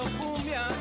cumbia